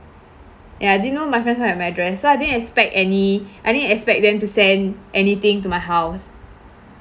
ya I didn't know my friends would have my address so I didn't expect any I didn't expect them to send anything to my house